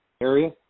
area